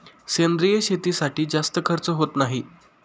सेंद्रिय शेतीसाठी जास्त खर्च होत नाही